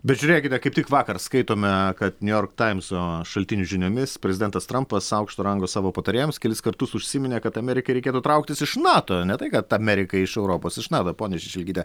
bet žiūrėkite kaip tik vakar skaitome kad new york taimso šaltinių žiniomis prezidentas trampas aukšto rango savo patarėjams kelis kartus užsiminė kad amerikai reikėtų trauktis iš nato ne tai kad amerika iš europos iš nato ponia šešelgyte